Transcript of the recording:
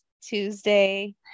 Tuesday